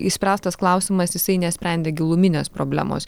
išspręstas klausimas jisai nesprendė giluminės problemos